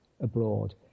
abroad